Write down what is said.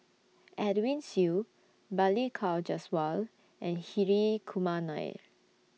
Edwin Siew Balli Kaur Jaswal and Hri Kumar Nair